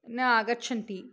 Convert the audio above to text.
न आगच्छन्ति